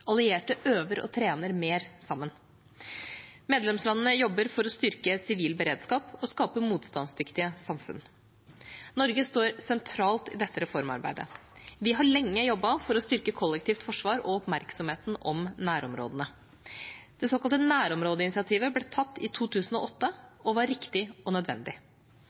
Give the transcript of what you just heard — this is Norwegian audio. Allierte øver og trener mer sammen. Medlemslandene jobber for å styrke sivil beredskap og skape motstandsdyktige samfunn. Norge står sentralt i dette reformarbeidet. Vi har lenge jobbet for å styrke kollektivt forsvar og oppmerksomheten om nærområdene. Det såkalte nærområdeinitiativet ble tatt i 2008 og var riktig og nødvendig.